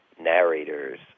narrators